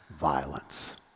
violence